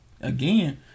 Again